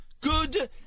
good